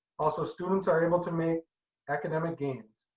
also, students are able to make academic gains.